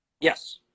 Yes